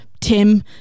Tim